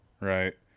Right